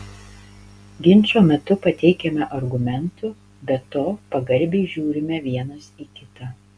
ginčo metu pateikiame argumentų be to pagarbiai žiūrime vienas į kitą